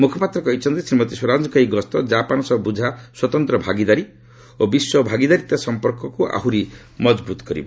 ମୁଖପାତ୍ର କହିଛନ୍ତି ଶ୍ରୀମତୀ ସ୍ୱରାଜଙ୍କ ଏହି ଗସ୍ତ କାପାନ ସହ ସ୍ୱତନ୍ତ୍ର ସହଭାଗୀ ଓ ବିଶ୍ୱ ଭାଗିଦାରିତା ସମ୍ପର୍କକୁ ଆହୁରି ମଜବୁତ୍ କରିବ